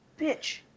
Bitch